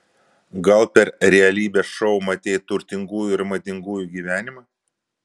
gal per realybės šou matei turtingųjų ir madingųjų gyvenimą